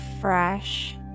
fresh